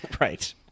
Right